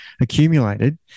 accumulated